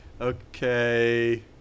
Okay